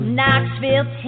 Knoxville